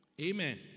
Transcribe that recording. Amen